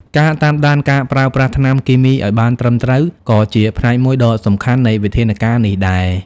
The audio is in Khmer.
ការតាមដានការប្រើប្រាស់ថ្នាំគីមីឲ្យបានត្រឹមត្រូវ ក៏ជាផ្នែកមួយដ៏សំខាន់នៃវិធានការនេះដែរ។